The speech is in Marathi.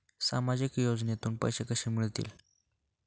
सामाजिक योजनेतून पैसे कसे मिळतील?